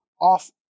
off